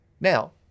Now